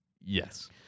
Yes